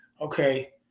Okay